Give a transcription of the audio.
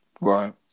Right